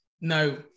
No